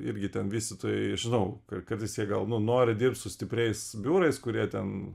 irgi ten vystytojai žinau kad kartais jie gal nu nori dirbt su stipriais biurais kurie ten